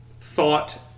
thought